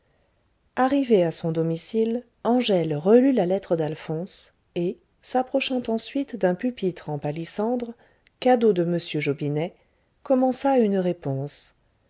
arrivée à son domicile angèle relut la lettre d'alphonse et s'approchant ensuite d'un pupitre en palissandre cadeau de m jobinet commença une réponse